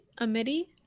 amidi